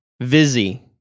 Vizzy